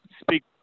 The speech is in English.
speak